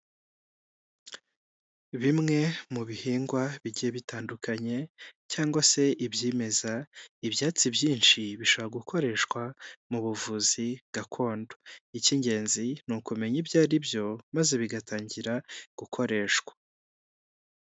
Bimwe mu bihingwa bigiye bitandukanye, cyangwa se ibyimeza, ibyatsi byinshi bishobora gukoreshwa mu buvuzi gakondo. Icy'ingenzi ni ukumenya ibyo ari byo, maze bigatangira gukoreshwa.